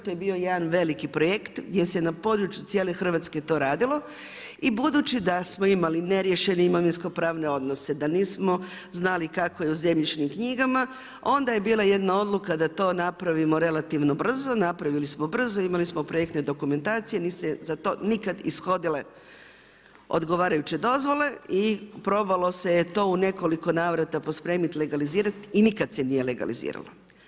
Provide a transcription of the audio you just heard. To je bio jedan veliki projekt gdje se na području cijele Hrvatske to radilo, i budući da smo imali neriješene imovinske pravne odnose, da nismo znali kako je u zemljišnim knjigama, onda je bila jedna odluka da to napravimo relativno brzo, napravili smo brzo, imali smo projektne dokumentacije, nisu se za to nikad ishodile odgovarajuće dozvole i probalo se je to u nekoliko navratit pospremiti legalizirati i nikad se nije legaliziralo.